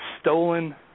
stolen